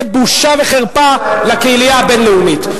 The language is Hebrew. זה בושה וחרפה לקהילייה הבין-לאומית,